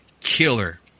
Killer